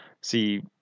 see